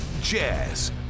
Jazz